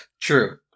True